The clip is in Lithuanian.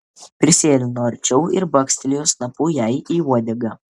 prisėlino arčiau ir bakstelėjo snapu jai į uodegą